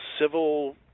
civil